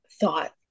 thought